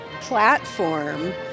platform